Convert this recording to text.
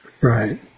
Right